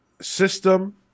system